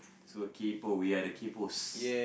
so kaypoh we are the kaypohs